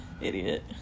Idiot